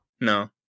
No